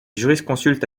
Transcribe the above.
jurisconsulte